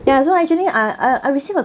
ya so actually I I received a